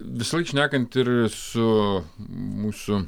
visąlaik šnekant ir su mūsų